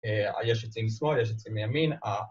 ‫יש את זה עם שמאל, ‫יש את זה עם ימין.